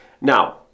Now